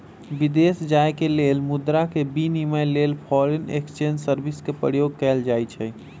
विदेश जाय के लेल मुद्रा के विनिमय लेल फॉरेन एक्सचेंज सर्विस के प्रयोग कएल जाइ छइ